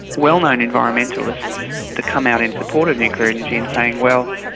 well-known environmentalists to come out in support of nuclear energy in saying, well,